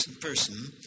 person